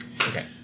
Okay